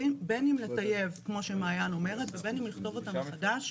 בין אם לטייב כמו שמעין אומרת ובין אם לכתוב אותם מחדש,